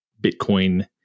Bitcoin